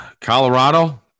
Colorado